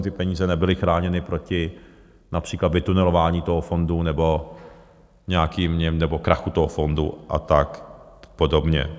ty peníze nebyly chráněny proti například vytunelování toho fondu nebo krachu toho fondu a tak podobně.